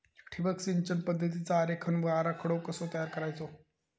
ठिबक सिंचन पद्धतीचा आरेखन व आराखडो कसो तयार करायचो?